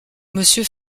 monsieur